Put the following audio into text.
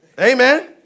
Amen